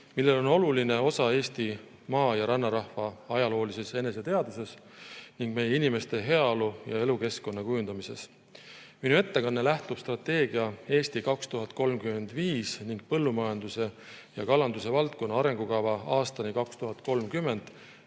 millel on oluline osa Eesti maa‑ ja rannarahva ajaloolises eneseteadvuses ning meie inimeste heaolu ja elukeskkonna kujundamises. Minu ettekanne lähtub strateegia "Eesti 2035" ning "Põllumajanduse ja kalanduse valdkonna arengukava aastani 2030"